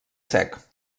sec